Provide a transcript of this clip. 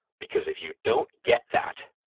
because if you don't get that,